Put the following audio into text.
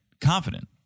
confident